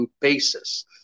basis